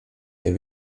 hier